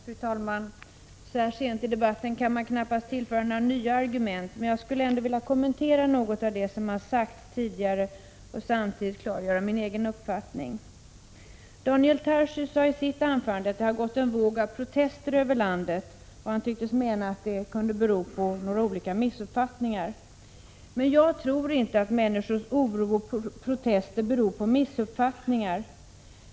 Fru talman! Så här sent i debatten kan man knappast tillföra den några nya argument, men jag skulle ändå vilja kommentera något av det som har sagts och samtidigt klargöra min egen uppfattning. Daniel Tarschys sade i sitt anförande att det har gått en våg av protester över landet, och han tycktes mena att detta kunde bero på några missuppfattningar. Men jag tror inte att människors oro och protester beror på missuppfattningar.